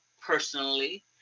personally